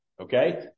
okay